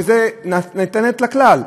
שזה ניתן לכלל.